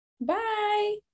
Bye